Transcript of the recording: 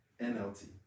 NLT